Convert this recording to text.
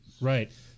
Right